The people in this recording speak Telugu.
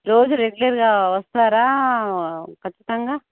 రోజు రెగ్యులర్గా వస్తారా ఖచ్చితంగా